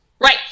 Right